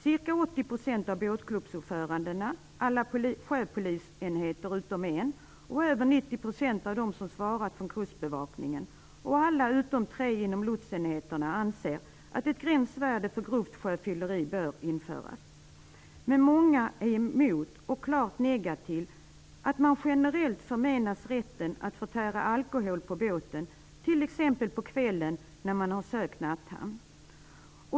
Ca 80 % av båtklubbsordförandena, alla sjöpolisenheter utom en och över 90 % av dem som svarat från kustbevakningen samt alla utom tre inom lotsenheterna anser att ett gränsvärde gör grovt sjöfylleri bör införas. Men många är emot och klart negativa till ett man generellt förmenas rätten att förtära alkohol på båten, t.ex. på kvällen när man har sökt natthamn.